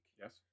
yes